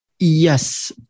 Yes